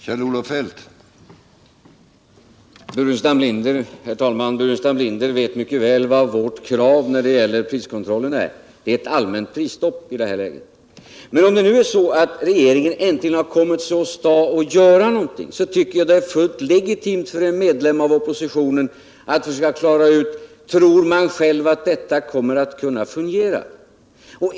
Herr talman! Herr Burenstam Linder vet mycket väl vad vårt krav är när det gäller priskontrollen. Det är ett allmänt prisstopp i detta läge. Men om regeringen nu äntligen har kommit sig för med att göra någonting är det fullt legitimt för en medlem av oppositionen att fråga: Tror regeringen själv att detta kommer att fungera?